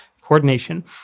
coordination